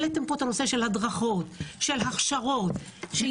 העליתם פה את נושא ההדרכות, ההכשרות ושיהיה